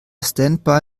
standby